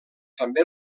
també